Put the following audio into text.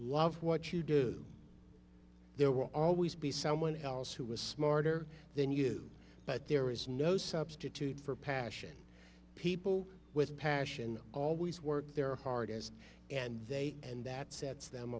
love what you do there will always be someone else who is smarter than you but there is no substitute for passion people with passion always work their heart as and they and that sets them